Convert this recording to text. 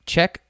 Check